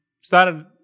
started